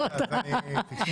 ארי.